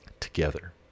together